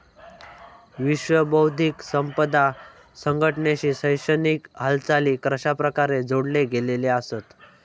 विश्व बौद्धिक संपदा संघटनेशी शैक्षणिक हालचाली कशाप्रकारे जोडले गेलेले आसत?